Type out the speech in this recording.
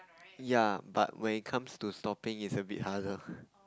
ya but when it comes to stopping it's a bit harder